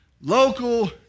local